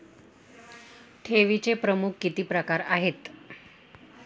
ठेवीचे प्रमुख किती प्रकार आहेत?